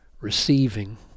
receiving